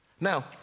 Now